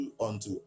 unto